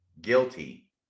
guilty